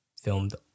filmed